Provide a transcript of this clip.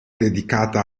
dedicata